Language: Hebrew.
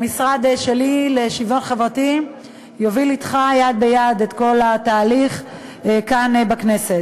המשרד שלי לשוויון חברתי יוביל אתך יד ביד את כל התהליך כאן בכנסת.